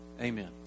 Amen